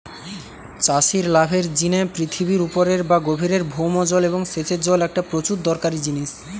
চাষির লাভের জিনে পৃথিবীর উপরের বা গভীরের ভৌম জল এবং সেচের জল একটা প্রচুর দরকারি জিনিস